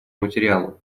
материалу